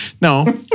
No